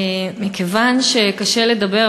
מכיוון שקשה לדבר,